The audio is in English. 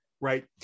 right